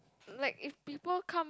like if people come